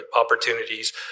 opportunities